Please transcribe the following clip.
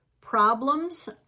Problems